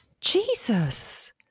Jesus